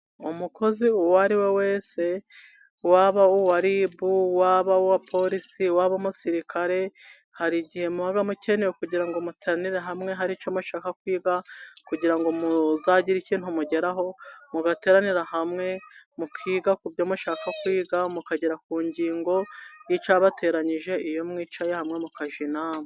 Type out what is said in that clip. Umukozi uwo ari we wese waba uwa Ribu, waba uwa polisi, waba umusirikare, hari igihe muba mukeneye kugira ngo muteranire hamwe hari icyo mushaka kwiga, kugira ngo muzagire ikintu mugeraho mugateranira hamwe, mukiga ibyo mushaka kwiga, mukagera ku ngingo y'icyabateranyije, iyo mwicaye hamwe mukajya inama.